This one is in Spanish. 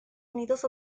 unidos